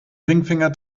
ringfinger